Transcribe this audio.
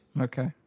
Okay